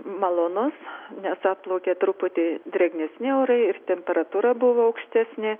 malonus nes atplaukė truputį drėgnesni orai ir temperatūra buvo aukštesnė